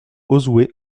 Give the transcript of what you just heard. auzouer